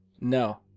No